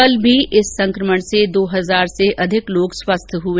कल भी इस संकमण से दो हजार से अधिक लोग स्वस्थ हुए